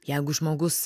jeigu žmogus